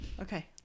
Okay